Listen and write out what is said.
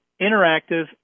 interactive